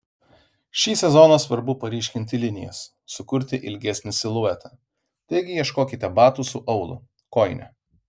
šį sezoną svarbu paryškinti linijas sukurti ilgesnį siluetą taigi ieškokite batų su aulu kojine